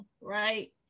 right